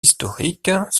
historiques